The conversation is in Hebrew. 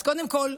אז קודם כול,